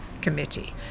committee